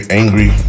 angry